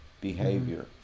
behavior